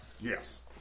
Yes